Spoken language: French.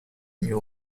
new